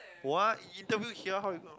what he interview here how you know